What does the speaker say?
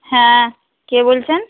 হ্যাঁ কে বলছেন